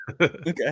Okay